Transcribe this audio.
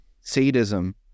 sadism